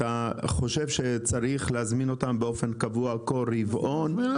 אתה חושב שצריך להזמין אותה באופן קבוע כל רבעון?